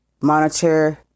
monitor